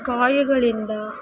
ಗಾಯಗಳಿಂದ